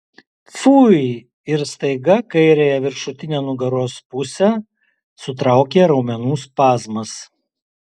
pfui ir staiga kairiąją viršutinę nugaros pusę sutraukė raumenų spazmas